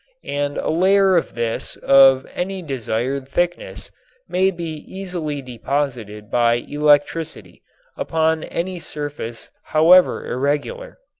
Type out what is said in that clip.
and a layer of this of any desired thickness may be easily deposited by electricity upon any surface however irregular.